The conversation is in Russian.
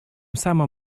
самым